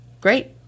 great